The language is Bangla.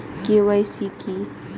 কে.ওয়াই.সি কী?